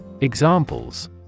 Examples